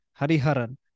Hariharan